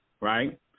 right